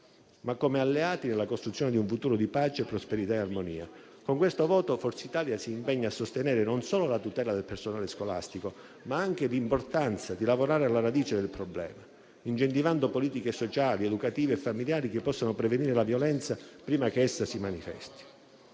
ma come alleati nella costruzione di un futuro di pace, prosperità e armonia. Con questo voto Forza Italia si impegna a sostenere non solo la tutela del personale scolastico, ma anche l'importanza di lavorare alla radice del problema, incentivando politiche sociali, educative e familiari che possano prevenire la violenza prima che essa si manifesti.